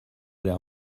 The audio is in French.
l’air